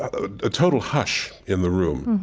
ah ah a total hush in the room,